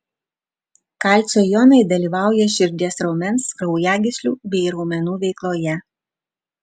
kalcio jonai dalyvauja širdies raumens kraujagyslių bei raumenų veikloje